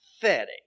pathetic